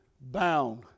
bound